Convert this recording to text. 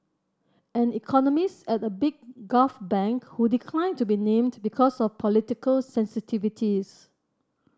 an economist at a big Gulf bank who declined to be named because of political sensitivities